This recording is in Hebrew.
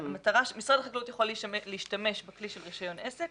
משרד החקלאות יכול להשתמש בכלי של רישיון עסק